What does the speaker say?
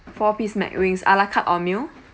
four piece mcwings a la carte or meal